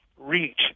reach